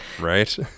right